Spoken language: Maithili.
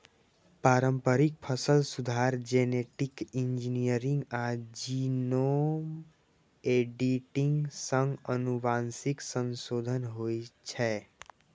पारंपरिक फसल सुधार, जेनेटिक इंजीनियरिंग आ जीनोम एडिटिंग सं आनुवंशिक संशोधन होइ छै